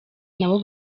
nabo